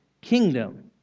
kingdom